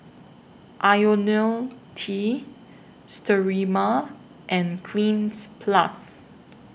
Ionil T Sterimar and Cleanz Plus